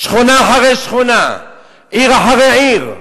שכונה אחרי שכונה, עיר אחרי עיר,